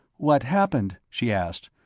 what happened? she asked.